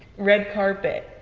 red carpet.